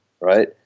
right